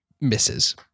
Misses